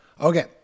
Okay